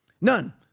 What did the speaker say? None